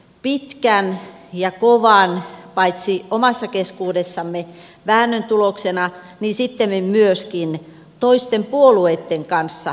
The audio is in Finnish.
se synnytettiin pitkän ja kovan väännön tuloksena joka käytiin paitsi omassa keskuudessamme sittemmin myöskin toisten puolueitten kanssa